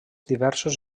diversos